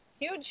huge